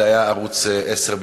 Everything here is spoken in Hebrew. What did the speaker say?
זה היה ערוץ 10,